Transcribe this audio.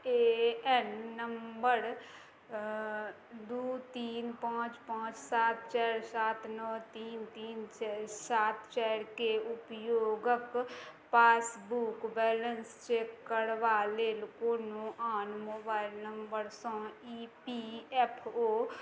ए N number दू तीन पाँच पाँच सात चारि सात नओ तीन तीन सात चारि के उपयोगक पासबुक बैलेंस चेक करबा लेल कोनो आन मोबाइल नम्बरसँ ई पी एफ ओ